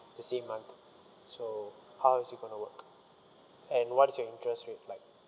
the same month so how is it gonna work and what is your interest rate like